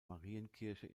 marienkirche